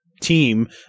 team